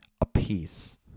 apiece